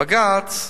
בג"ץ,